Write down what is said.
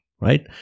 right